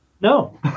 No